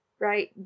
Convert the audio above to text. right